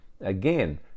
again